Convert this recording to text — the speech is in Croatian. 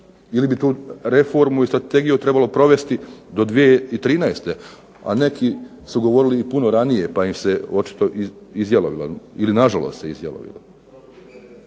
ili bi tu reformu ili strategiju trebalo provesti do 2013., a neki su govorili puno ranije pa im se očito izjalovilo ili na žalost se izjalovilo.